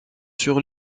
sur